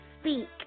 speak